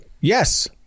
Yes